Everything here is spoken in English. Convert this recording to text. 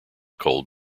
cold